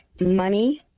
Money